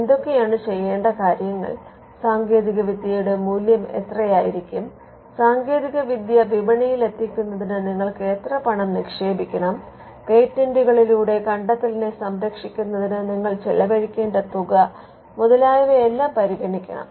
എന്തൊക്കെയാണ് ചെയ്യേണ്ട കാര്യങ്ങൾ സാങ്കേതികവിദ്യയുടെ മൂല്യം എത്രയായിരിക്കും സാങ്കേതികവിദ്യ വിപണിയിൽ എത്തിക്കുന്നതിന് നിങ്ങൾ എത്ര പണം നിക്ഷേപിക്കണം പേറ്റന്റുകളിലൂടെ കണ്ടെത്തലിനെ സംരക്ഷിക്കുന്നതിന് നിങ്ങൾ ചെലവഴിക്കേണ്ട തുക മുതലായവയെല്ലാം പരിഗണിക്കണം